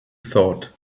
thought